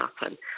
happen